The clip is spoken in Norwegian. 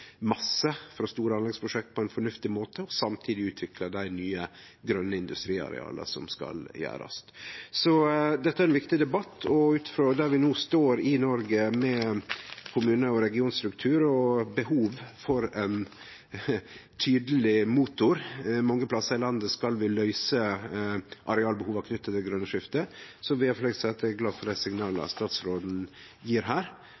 masse frå store anleggsprosjekt på ein fornuftig måte og samtidig utvikle dei nye grøne industriareala som skal kome. Så dette er ein viktig debatt. Og ut frå der vi no står i Noreg med kommune- og regionstruktur, og behov for ein tydeleg motor mange plassar i landet, skal vi løyse arealbehova knytte til det grøne skiftet. Så vil eg få seie at eg er glad for dei signala statsråden gjev her,